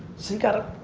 so you gotta,